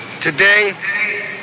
Today